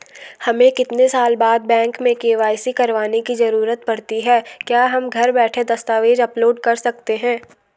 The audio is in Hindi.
हमें कितने साल बाद बैंक में के.वाई.सी करवाने की जरूरत पड़ती है क्या हम घर बैठे दस्तावेज़ अपलोड कर सकते हैं?